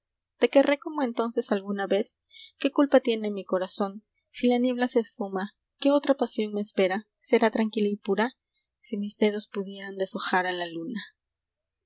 te querré como entonces alguna vez qué culpa tiene mi corazón si la niebla se esfuma qué otra pasión me espera será tranquila y pura si mis dedos pudieran deshojar a la luna